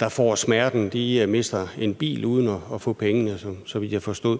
der får smerten. De mister en bil uden at få pengene, så vidt jeg forstod.